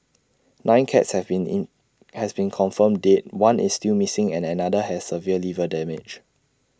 nine cats have been in has been confirmed dead one is still missing and another has severe liver damage